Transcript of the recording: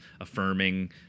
affirming